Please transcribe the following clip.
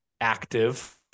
active